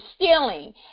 stealing